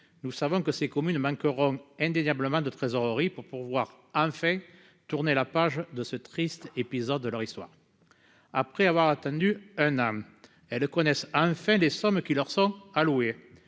nous savons que ces communes manqueront indéniablement de la trésorerie nécessaire pour pouvoir enfin tourner la page de ce triste épisode de leur histoire. Après avoir attendu un an, elles connaissent enfin les sommes qui leur seront allouées.